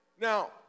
Now